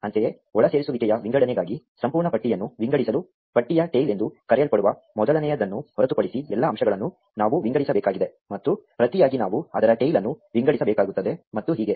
ಅಂತೆಯೇ ಒಳಸೇರಿಸುವಿಕೆಯ ವಿಂಗಡಣೆಗಾಗಿ ಸಂಪೂರ್ಣ ಪಟ್ಟಿಯನ್ನು ವಿಂಗಡಿಸಲು ಪಟ್ಟಿಯ ಟೈಲ್ ಎಂದು ಕರೆಯಲ್ಪಡುವ ಮೊದಲನೆಯದನ್ನು ಹೊರತುಪಡಿಸಿ ಎಲ್ಲಾ ಅಂಶಗಳನ್ನು ನಾವು ವಿಂಗಡಿಸಬೇಕಾಗಿದೆ ಮತ್ತು ಪ್ರತಿಯಾಗಿ ನಾವು ಅದರ ಟೈಲ್ಅನ್ನು ವಿಂಗಡಿಸಬೇಕಾಗುತ್ತದೆ ಮತ್ತು ಹೀಗೆ